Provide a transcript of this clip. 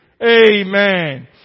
Amen